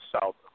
South